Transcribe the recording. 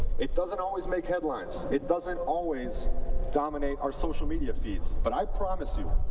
it doesn't always make headlines. it doesn't always dominate our social media feeds. but i promise you,